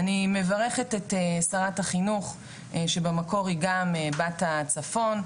אני מברכת את שרת החינוך שבמקור היא גם בת הצפון,